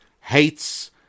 hates